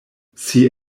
see